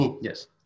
yes